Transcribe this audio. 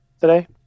today